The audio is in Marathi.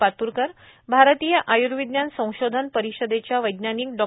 पातूरकरए भारतीय आय्र्विज्ञान संशोधन परिषदेच्या वैज्ञानिक डॉ